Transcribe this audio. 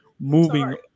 Moving